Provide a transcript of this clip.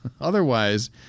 Otherwise